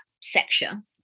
section